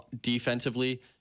defensively